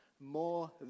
more